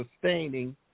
sustaining